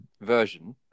version